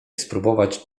spróbować